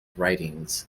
writings